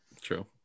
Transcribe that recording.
True